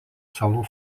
salų